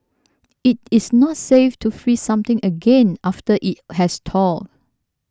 it is not safe to freeze something again after it has thawed